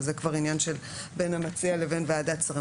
אז זה כבר עניין של בין המציע לבין ועדת שרים.